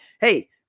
hey